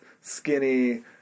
skinny